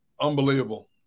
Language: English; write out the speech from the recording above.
Unbelievable